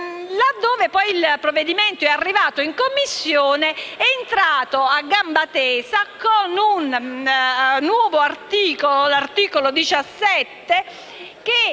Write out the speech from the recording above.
Laddove, poi, il provvedimento è arrivato in Commissione, vi è entrato a gamba tesa con un nuovo articolo, il 17, che